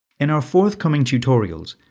in our forthcoming tutorials,